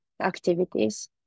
activities